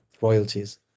royalties